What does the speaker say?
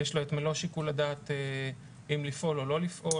יש לו את מלוא שיקול הדעת אם לפעול או לא לפעול,